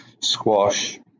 squash